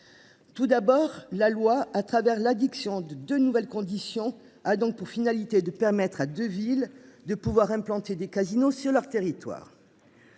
Tout d'abord la loi à travers l'addiction de de nouvelles conditions a donc pour finalité de permettre à Deville, de pouvoir implanter des casinos sur leur territoire.